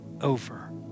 over